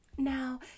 Now